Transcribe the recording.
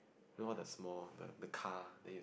know all the small the the car then you